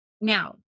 Now